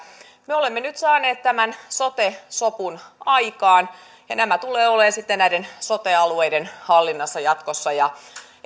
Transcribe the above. me olemme nyt saaneet tämän sote sovun aikaan ja nämä tulevat olemaan sitten näiden sote alueiden hallinnassa jatkossa